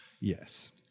Yes